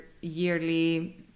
yearly